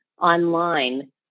online